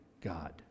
God